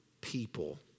people